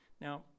Now